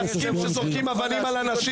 ביקורת זה להסכים שזורקים אבנים על אנשים.